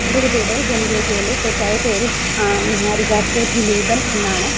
എൻ്റെ കുട്ടിയുടെ ജനനരേഖയിലെ തെറ്റായ പേര് നിഹാരിക കെ ദിലീപൻ എന്നാണ്